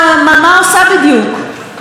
איפה הפיכת כל אבן?